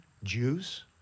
Jews